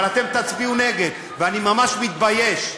אבל אתם תצביעו נגד, ואני ממש מתבייש.